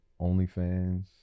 OnlyFans